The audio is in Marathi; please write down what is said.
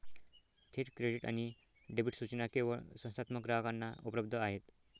थेट क्रेडिट आणि डेबिट सूचना केवळ संस्थात्मक ग्राहकांना उपलब्ध आहेत